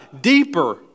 deeper